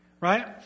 Right